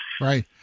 Right